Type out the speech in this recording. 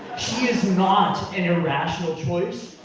she is not an irrational choice.